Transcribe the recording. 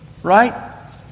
right